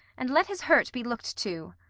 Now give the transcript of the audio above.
and let his hurt be look'd to.